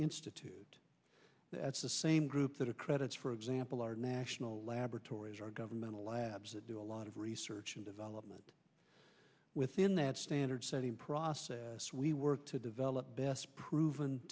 institute that's the same group that accredits for example our national laboratories our governmental labs that do a lot of research and development within that standard setting process we work to develop best proven